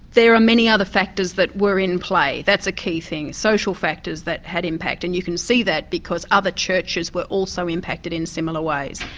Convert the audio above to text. there are many other factors that were in play. that's a key thing social factors that had impact and you can see that because other churches were also impacted in similar ways.